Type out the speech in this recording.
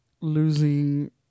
losing